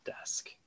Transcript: desk